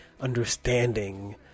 understanding